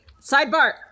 sidebar